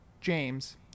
James